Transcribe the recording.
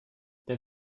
der